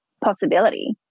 possibility